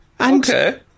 okay